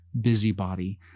busybody